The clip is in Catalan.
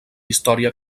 història